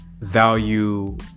value